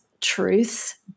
truths